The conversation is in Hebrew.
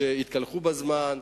שיתקלחו בזמן,